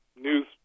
news